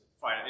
fine